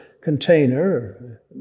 container